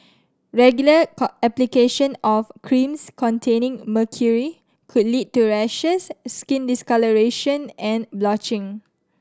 regular application of creams containing mercury could lead to rashes skin discolouration and blotching